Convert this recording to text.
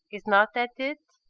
is not that it